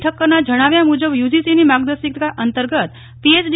ઠક્કરના જણાવ્યા મુજબ યુજીસીની માર્ગદર્શિકા અંતર્ગત પીએચડી